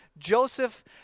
Joseph